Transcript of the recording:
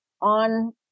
On